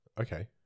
Okay